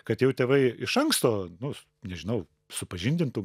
kad jau tėvai iš anksto nu nežinau supažindintų